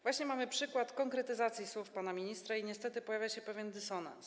Właśnie mamy przykład konkretyzacji słów pana ministra i niestety pojawia się pewien dysonans.